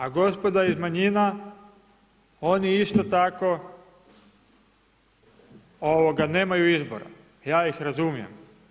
A gospoda iz manjina, oni isto tako nemaju izbora. ja ih razumijem.